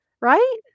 right